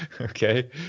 Okay